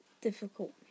difficult